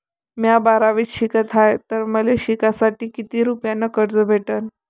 म्या बारावीत शिकत हाय तर मले शिकासाठी किती रुपयान कर्ज भेटन?